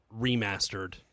remastered